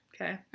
Okay